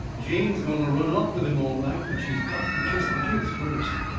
jane's going to run off with him all right, but she's got to kiss the kids first.